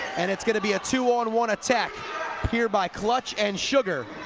and it's gonna be a two on one attack here by clutch and sugar.